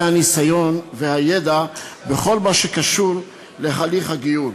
הניסיון והידע בכל מה שקשור להליך הגיור,